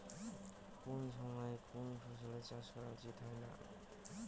কুন সময়ে কুন ফসলের চাষ করা উচিৎ না হয়?